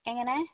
എങ്ങനേ